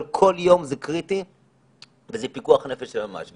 אבל כל יום זה קריטי וזה פיקוח נפש של ממש.